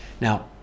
Now